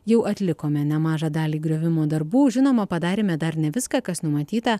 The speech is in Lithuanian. jau atlikome nemažą dalį griovimo darbų žinoma padarėme dar ne viską kas numatyta